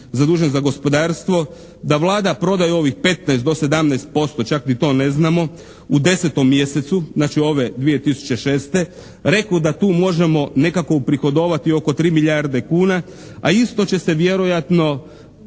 zadužen za gospodarstvo da Vlada prodaju ovih 15 do 17% čak ni to ne znamo u 10. mjesecu znači ove 2006., rekao da tu možemo nekako uprihodovati oko 3 milijarde kuna a isto će se vjerojatno